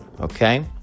Okay